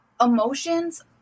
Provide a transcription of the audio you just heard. emotions